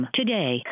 today